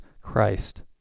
Christ